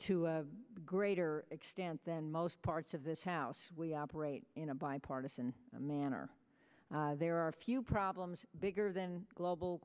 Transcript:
to a greater extent than most parts of this house we operate in a bipartisan manner there are a few problems bigger than global